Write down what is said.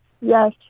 yes